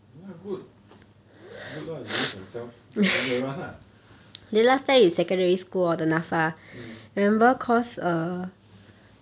ya good good lah you believe in yourself mm